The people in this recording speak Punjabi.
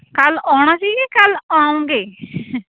ਕੱਲ੍ਹ ਆਉਣਾ ਸੀ ਕਿ ਕੱਲ੍ਹ ਆਉਗੇ